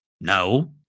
No